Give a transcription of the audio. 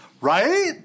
right